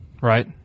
Right